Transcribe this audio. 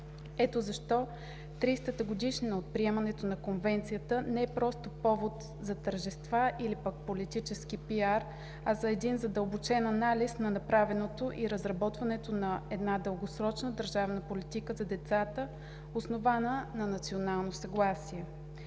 Ето защо 30-ата годишнина от приемането на Конвенцията не е просто повод за тържества или пък политически пиар, а за един задълбочен анализ на направеното и разработването на една дългосрочна държавна политика за децата, основана на национално съгласие.